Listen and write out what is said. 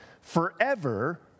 forever